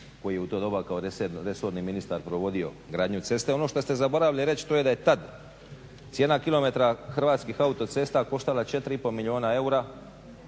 koji je u to doba kao resorni ministar provodio gradnju ceste. Ono što ste zaboravili reći to je da je tad cijena kilometra Hrvatskih autocesta koštala 4,5 milijuna eura,